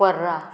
पर्रा